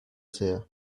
sea